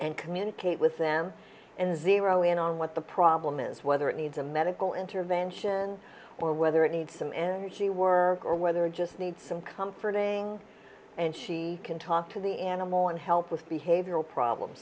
and communicate with them and zero in on what the problem is whether it needs a medical intervention or whether it needs some energy work or whether just need some comforting and she can talk to the animal and help with behavioral problems